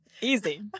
easy